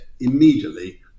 immediately